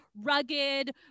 rugged